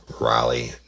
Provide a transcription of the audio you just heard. Raleigh